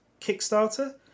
kickstarter